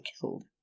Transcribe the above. killed